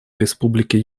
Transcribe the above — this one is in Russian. республики